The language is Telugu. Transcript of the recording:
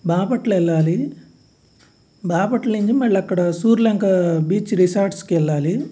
బాపట్ల వెళ్ళాలి బాపట్ల నుంచి మళ్ళీ అక్కడ సూర్యలంక బీచ్ రిసార్ట్స్కి వెళ్ళాలి